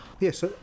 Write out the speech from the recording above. Yes